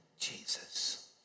Jesus